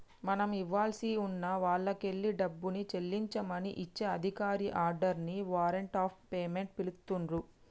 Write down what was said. మనం ఇవ్వాల్సి ఉన్న వాల్లకెల్లి డబ్బుని చెల్లించమని ఇచ్చే అధికారిక ఆర్డర్ ని వారెంట్ ఆఫ్ పేమెంట్ పిలుత్తున్రు